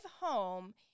home